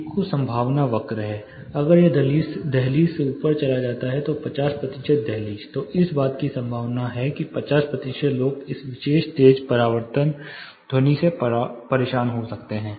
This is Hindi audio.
इको संभावना वक्र है अगर यह दहलीज से ऊपर चला जाता है तो 50 प्रतिशत दहलीज तोइस बात की संभावना है कि 50 प्रतिशत लोग इस विशेष तेज परावर्तन से परेशान हो सकते हैं